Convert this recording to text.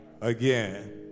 again